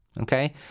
okay